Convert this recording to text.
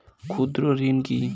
ক্ষুদ্র ঋণ কি?